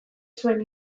zuen